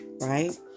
right